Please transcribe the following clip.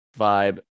vibe